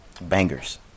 Bangers